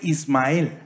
Ismael